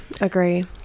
agree